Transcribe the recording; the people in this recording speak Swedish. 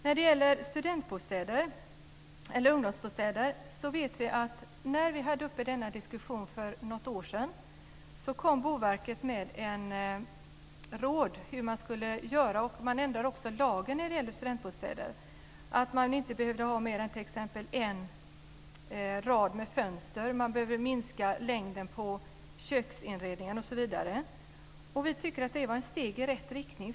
När det gäller ungdomsbostäder hade vi denna diskussion uppe för något år sedan, och då kom Boverket med råd om hur man skulle göra. Man ändrade också lagen när det gällde studentbostäder, så att det inte behövdes mer än en rad med fönster och längden på köksinredningen kunde minska osv. Vi tycker att det var ett steg i rätt riktning.